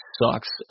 sucks